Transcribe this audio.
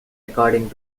according